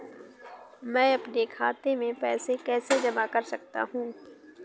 मैं अपने खाते में पैसे कैसे जमा कर सकता हूँ?